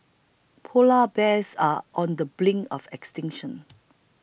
Polar Bears are on the brink of extinction